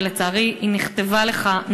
ולצערי היא נכתבה לך,